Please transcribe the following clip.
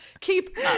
Keep